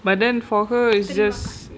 but then for her is just